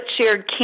shared